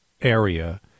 area